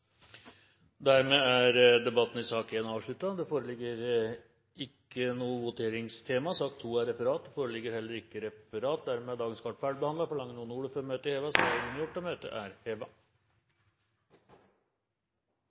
Dermed er debatten i sak nr. 1 avsluttet. Det foreligger ikke noe referat. Dermed er dagens kart ferdigbehandlet. Forlanger noen ordet før møtet heves? – Møtet er